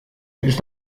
dus